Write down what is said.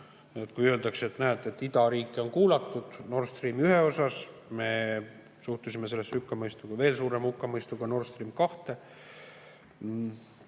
Kui öeldakse, et näete, idariike on kuulatud Nord Stream 1 puhul, me suhtusime sellesse hukkamõistuga, veel suurema hukkamõistuga Nord Stream 2.